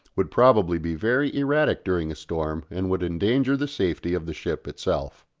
would probably be very erratic during a storm and would endanger the safety of the ship itself.